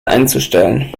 einzustellen